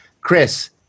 Chris